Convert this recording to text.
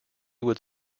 would